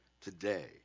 today